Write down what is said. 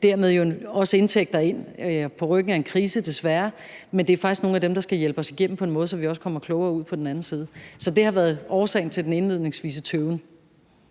Det er desværre på ryggen af en krise, men det er faktisk nogle af dem, der skal hjælpe os igennem på en måde, så vi også kommer klogere ud på den anden side. Så det har været årsagen til den indledningsvise tøven.